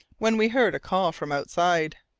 when we heard a call from outside.